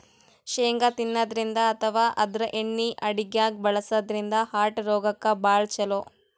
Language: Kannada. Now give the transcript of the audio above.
ಶೇಂಗಾ ತಿನ್ನದ್ರಿನ್ದ ಅಥವಾ ಆದ್ರ ಎಣ್ಣಿ ಅಡಗ್ಯಾಗ್ ಬಳಸದ್ರಿನ್ದ ಹಾರ್ಟ್ ರೋಗಕ್ಕ್ ಭಾಳ್ ಛಲೋ